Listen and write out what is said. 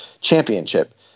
championship